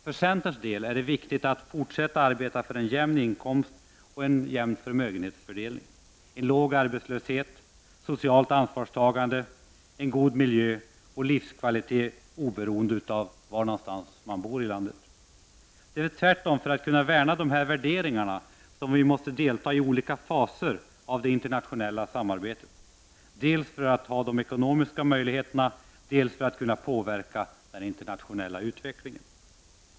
För centerns del är det viktigt att fortsätta att arbeta för en jämn inkomstoch förmögenhetsfördelning, en låg arbetslöshet, socialt ansvarstagande, god miljö och livskvalitet oberoende av bostadsort. Det är tvärtom för att kunna värna dessa värderingar som vi måste delta i olika faser av det internationella samarbetet — dels för att ha de ekonomiska möjligheterna, dels för att kunna påverka den internationella utvecklingen.